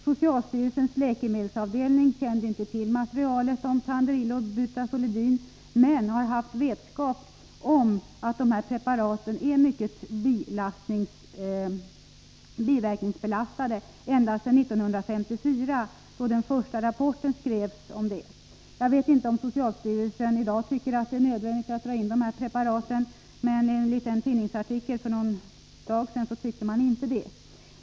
Socialstyrelsens läkemedelsavdelning kände inte till materialet om Tanderil och Butazolidin, men man har haft vetskap om att dessa preparat är mycket biverkningsbelastade ända sedan 1954, då den första rapporten om detta skrevs. Jag vet inte om man på socialstyrelsen i dag tycker att det är nödvändigt att dra in preparaten, men för någon dag sedan gjorde man inte det enligt en tidningsartikel.